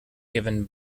given